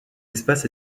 espace